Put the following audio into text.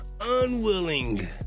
unwilling